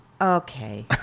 Okay